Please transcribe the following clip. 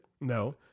No